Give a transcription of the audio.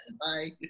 bye